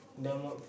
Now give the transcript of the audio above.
the mo~